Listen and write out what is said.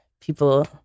people